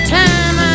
time